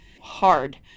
hard